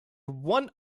one